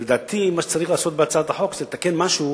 לדעתי, מה שצריך לעשות בהצעת החוק זה לתקן משהו